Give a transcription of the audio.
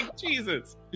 jesus